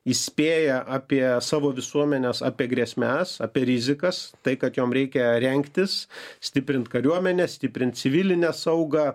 įspėję apie savo visuomenes apie grėsmes apie rizikas tai kad jom reikia rengtis stiprint kariuomenę stiprint civilinę saugą